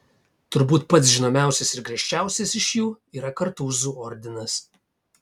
turbūt pats žinomiausias ir griežčiausias iš jų yra kartūzų ordinas